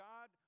God